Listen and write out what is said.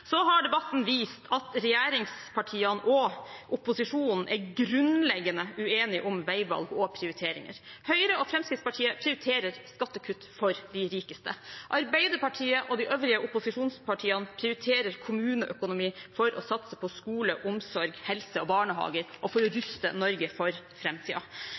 har debatten vist at regjeringspartiene og opposisjonen er grunnleggende uenige om veivalg og prioriteringer. Høyre og Fremskrittspartiet prioriterer skattekutt for de rikeste. Arbeiderpartiet og de øvrige opposisjonspartiene prioriterer kommuneøkonomi for å satse på skole, omsorg, helse og barnehager, og for å ruste Norge for